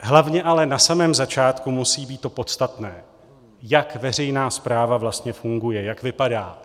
Hlavně ale na samém začátku musí být to podstatné, jak veřejná správa vlastně funguje, jak vypadá.